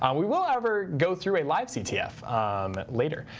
um we will, however, go through a live ctf later.